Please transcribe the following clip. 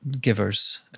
givers